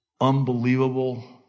unbelievable